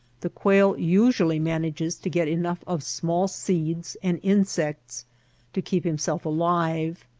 the quail usually manages to get enough of small seeds and insects to keep himself alive.